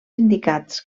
indicats